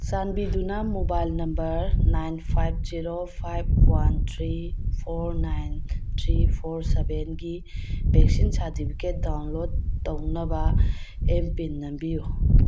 ꯆꯥꯟꯕꯤꯗꯨꯅ mobile number nine five zero five one three four nine three four ꯁꯕꯦꯟꯒꯤ vaccine certificate download ꯇꯧꯅꯕ M PIN ꯅꯝꯕꯤꯌꯨ